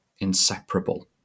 inseparable